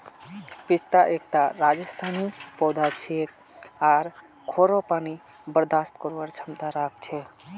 पिस्ता एकता रेगिस्तानी पौधा छिके आर खोरो पानी बर्दाश्त करवार क्षमता राख छे